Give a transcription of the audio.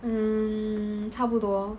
mm 差不多